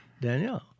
Danielle